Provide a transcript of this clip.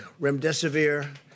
Remdesivir